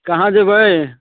कहाँ जेबै